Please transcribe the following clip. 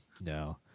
no